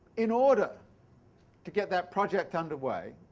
in order to get that project underway,